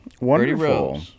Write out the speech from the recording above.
Wonderful